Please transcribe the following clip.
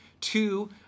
two